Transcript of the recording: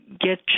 get